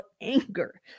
anger